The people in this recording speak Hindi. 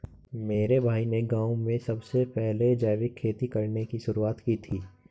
मेरे भाई ने गांव में सबसे पहले जैविक खेती करने की शुरुआत की थी